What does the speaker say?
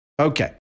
Okay